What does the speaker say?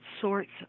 sorts